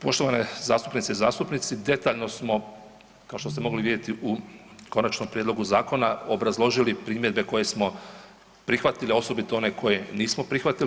Poštovane zastupnice i zastupnici, detaljno smo kao što ste mogli vidjeti u konačnom prijedlogu zakona obrazložili primjedbe koje smo prihvatili, a osobito one koje nismo prihvatili.